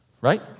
right